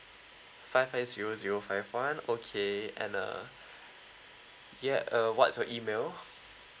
five five zero zero five one okay and uh ya uh what's your email